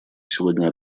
сегодня